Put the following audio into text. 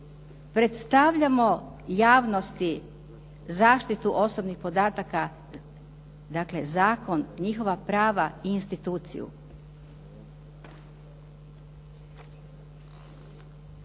predstavljamo javnosti zaštitu osobnih podataka, dakle zakon, njihova pravi i instituciju.